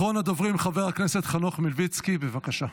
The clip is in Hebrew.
אחרון הדוברים, חבר הכנסת חנוך מלביצקי, בבקשה.